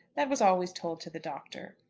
that was always told to the doctor.